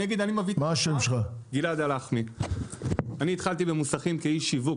אגיד שאני מביא את אני התחלתי במוסכים כאיש שיווק.